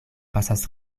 pasas